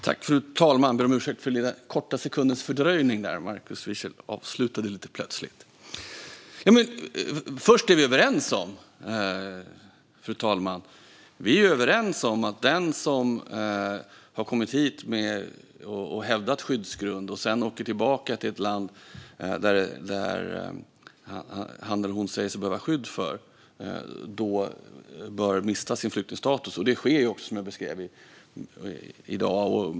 Fru talman! Vi är överens om att den som har kommit hit och hävdat en skyddsgrund och sedan åker tillbaka till det land som han eller hon säger sig behöva skydd från bör mista sin flyktingstatus. Det sker också i dag, som jag beskrev.